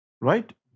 Right